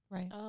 Right